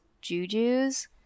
jujus